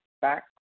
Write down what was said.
back